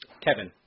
Kevin